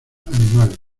animales